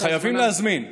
חייבים להזמין,